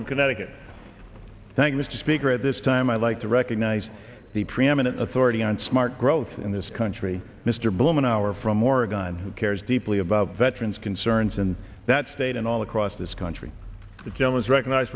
in connecticut thank mr speaker at this time i like to recognize the preeminent authority on smart growth in this country mr bloom an hour from oregon who cares deeply about veterans concerns in that state and all across this country the germans recognize